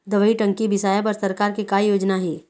दवई टंकी बिसाए बर सरकार के का योजना हे?